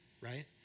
right